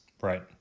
Right